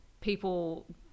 People